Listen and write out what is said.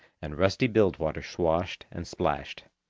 and rusty bilge-water swashed and splashed.